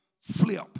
flip